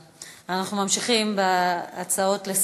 התוצאות: